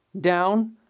down